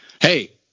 Hey